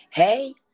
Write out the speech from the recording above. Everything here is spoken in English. Hey